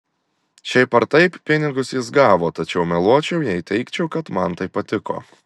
šiaip ar taip pinigus jis gavo tačiau meluočiau jei teigčiau kad man tai patiko